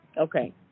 okay